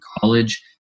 college –